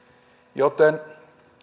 joten